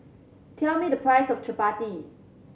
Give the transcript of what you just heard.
tell me the price of Chapati